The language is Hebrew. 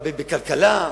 בכלכלה,